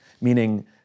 meaning